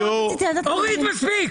אורית, מספיק.